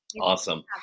Awesome